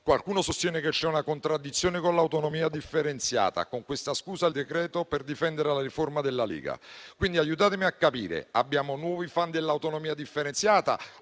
Qualcuno sostiene che c'è una contraddizione con l'autonomia differenziata, con questa scusa il decreto-legge per difendere la riforma della Lega. Quindi, aiutatemi a capire, abbiamo nuovi *fan* dell'autonomia differenziata